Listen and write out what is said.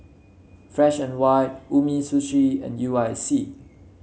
Fresh And White Umisushi and U I C